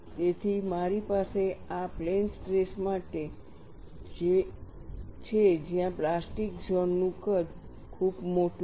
તેથી મારી પાસે આ પ્લેન સ્ટ્રેસ માટે છે જ્યાં પ્લાસ્ટિક ઝોન નું કદ ખૂબ મોટું છે